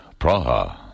Praha